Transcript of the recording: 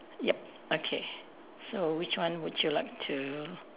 yup okay so which one would you like to